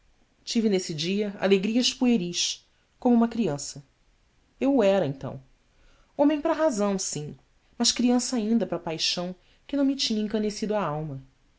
tive nesse dia alegrias pueris como uma criança e eu o era então homem para a razão sim mas criança ainda para a paixão que não me tinha encanecido a alma